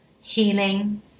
healing